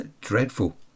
dreadful